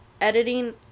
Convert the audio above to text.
editing